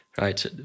Right